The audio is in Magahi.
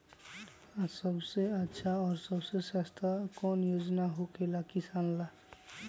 आ सबसे अच्छा और सबसे सस्ता कौन योजना होखेला किसान ला?